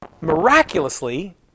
miraculously